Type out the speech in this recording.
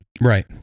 right